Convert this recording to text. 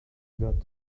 got